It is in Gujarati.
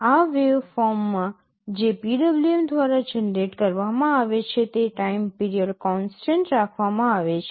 આ વેવફોર્મમાં જે PWM દ્વારા જનરેટ કરવામાં આવે છે તે ટાઇમ પીરિયડ કોન્સટન્ટ રાખવામાં આવે છે